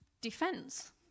defense